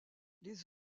les